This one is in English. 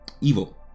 evil